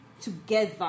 together